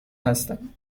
هستم